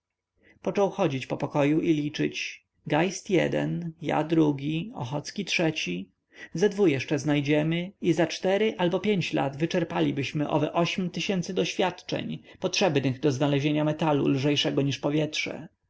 począł chodzić po pokoju i liczyć geist jeden ja drugi ochocki trzeci ze dwu jeszcze znajdziemy i za cztery albo pięć lat wyczerpalibyśmy owe ośm tysięcy doświadczeń potrzebnych do znalezienia metalu lżejszego niż powietrze